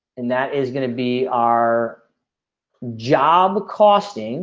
and that is gonna be our job costing